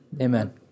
Amen